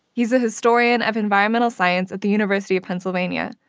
he's a historian of environmental science at the university of pennsylvania,